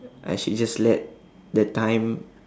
I should just let the time